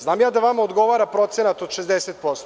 Znam ja da vama odgovara procenat od 60%